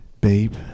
babe